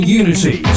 unity